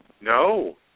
No